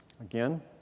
Again